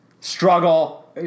Struggle